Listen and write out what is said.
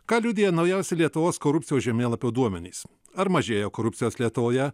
ką liudija naujausi lietuvos korupcijos žemėlapio duomenys ar mažėja korupcijos lietuvoje